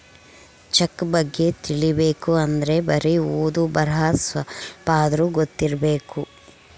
check ಬಗ್ಗೆ ತಿಲಿಬೇಕ್ ಅಂದ್ರೆ ಬರಿ ಓದು ಬರಹ ಸ್ವಲ್ಪಾದ್ರೂ ಗೊತ್ತಿರಬೇಕು